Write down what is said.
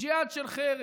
ג'יהאד של חרב.